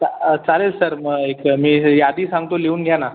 चा चालेल सर मग एक मी हे यादी सांगतो लिहून घ्या ना